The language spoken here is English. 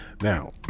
Now